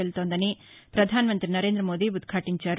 వెళ్తోందని ప్రధానమంతి నరేందమోదీ ఉద్భటించారు